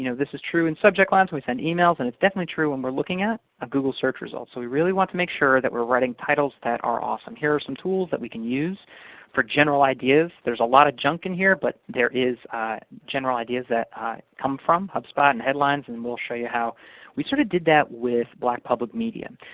you know this is true in subject lines when we send emails, and it's definitely true when we're looking at a google search result. so we really want to make sure that we're writing titles that are awesome. here are some tools that we can use for general ideas. there's a lot of junk in here, but there are general ideas that come from hubspot and headlines, and we'll show you how we sort of did that with black public media.